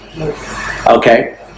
Okay